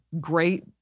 great